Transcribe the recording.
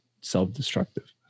self-destructive